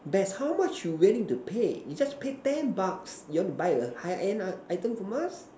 best how much you willing to pay you just pay ten bucks you want to buy a high end item from us